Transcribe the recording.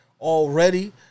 already